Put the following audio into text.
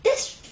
that's